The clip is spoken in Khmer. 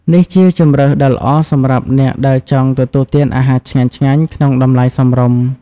នេះជាជម្រើសដ៏ល្អសម្រាប់អ្នកដែលចង់ទទួលទានអាហារឆ្ងាញ់ៗក្នុងតម្លៃសមរម្យ។